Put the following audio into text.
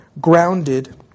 grounded